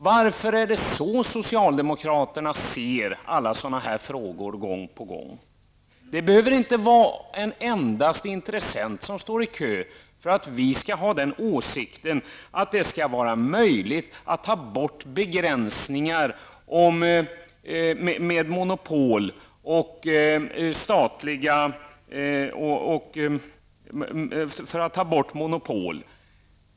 Varför är det så socialdemokraterna ser alla sådana här frågor gång på gång. Det behöver inte stå en endaste intressent i kö för att vi skall ha den åsikten att det skall vara möjligt att ta bort monopol.